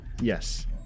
Yes